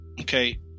okay